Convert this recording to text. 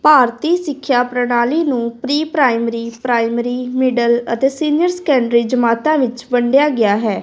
ਭਾਰਤੀ ਸਿੱਖਿਆ ਪ੍ਰਣਾਲੀ ਨੂੰ ਪ੍ਰੀ ਪ੍ਰਾਇਮਰੀ ਪ੍ਰਾਇਮਰੀ ਮਿਡਲ ਅਤੇ ਸੀਨੀਅਰ ਸੈਕੰਡਰੀ ਜਮਾਤਾਂ ਵਿੱਚ ਵੰਡਿਆ ਗਿਆ ਹੈ